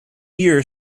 year